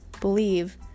believe